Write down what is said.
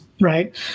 right